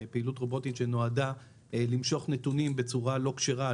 פעילות רובוטית שנועדה למשוך נתונים בצורה לא כשרה,